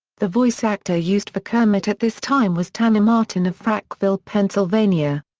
the voice actor used for kermit at this time was tanner martin of frackville pennsylvania.